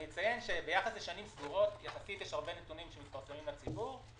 אציין שביחס לשנים סגורות יש יחסית הרבה נתונים שמפורסמים לציבור,